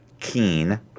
keen